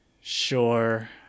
Sure